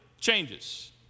changes